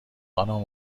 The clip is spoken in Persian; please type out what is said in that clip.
خانم